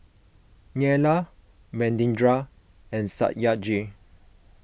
Neila Manindra and Satyajit